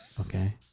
okay